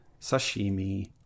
sashimi